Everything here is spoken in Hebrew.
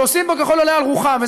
שעושים בו ככל העולה על רוחם,